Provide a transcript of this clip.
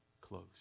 close